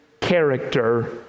character